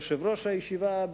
יושב-ראש הישיבה,